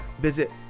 Visit